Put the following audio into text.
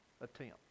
attempt